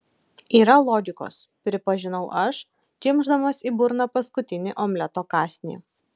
yra logikos pripažinau aš kimšdamas į burną paskutinį omleto kąsnį